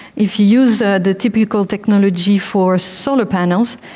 if you use ah the typical technology for solar panels,